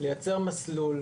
לייצר מסלול,